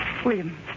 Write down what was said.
William